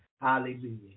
Hallelujah